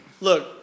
Look